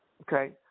Okay